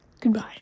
goodbye